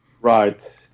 Right